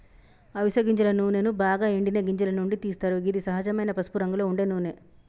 అవిస గింజల నూనెను బాగ ఎండిన గింజల నుండి తీస్తరు గిది సహజమైన పసుపురంగులో ఉండే నూనె